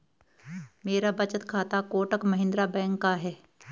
मेरा बचत खाता कोटक महिंद्रा बैंक का है